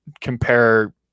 compare